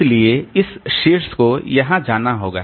इसलिए इस शीर्ष को यहां जाना होगा